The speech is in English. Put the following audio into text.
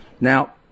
Now